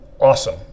awesome